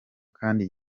kandi